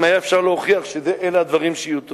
אם היה אפשר להוכיח שאלה הדברים שיהיו טובים.